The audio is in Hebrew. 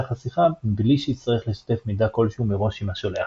השיחה מבלי שיצטרך לשתף מידע כלשהו מראש עם השולח.